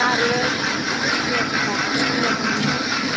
അറുപതിൻ്റെ നോക്കാം അറുപത്തഞ്ചിഞ്ചിൻ്റെ